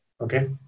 Okay